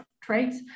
traits